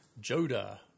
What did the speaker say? Joda